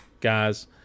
guys